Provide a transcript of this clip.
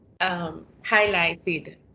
highlighted